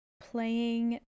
playing